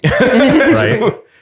right